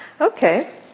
Okay